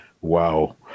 Wow